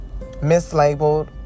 mislabeled